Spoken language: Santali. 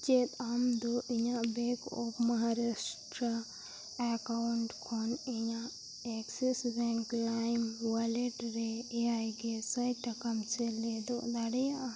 ᱪᱮᱫ ᱟᱢᱫᱚ ᱤᱧᱟᱹᱜ ᱵᱮᱝᱠ ᱚᱯᱷ ᱢᱚᱦᱟᱨᱟᱥᱴᱨᱚ ᱮᱠᱟᱣᱩᱱᱴ ᱠᱷᱚᱱ ᱤᱧᱟᱹᱜ ᱮᱠᱥᱤᱥ ᱵᱮᱝᱠ ᱞᱟᱭᱤᱢ ᱚᱣᱟᱞᱮᱴ ᱨᱮ ᱮᱭᱟᱭ ᱜᱮᱥᱟᱭ ᱴᱟᱠᱟᱢ ᱥᱮᱞᱮᱫ ᱫᱟᱲᱮᱭᱟᱜᱼᱟ